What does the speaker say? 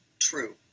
true